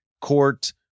court